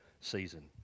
season